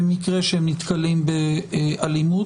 במקרה שהם נתקלים באלימות,